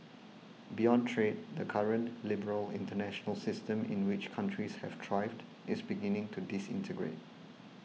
beyond trade the current liberal international system in which countries have thrived is beginning to disintegrate